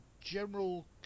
general